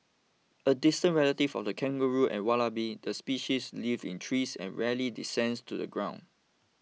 a distant relative of the kangaroo and wallaby the species lives in trees and rarely descends to the ground